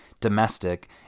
domestic